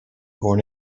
born